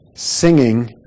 Singing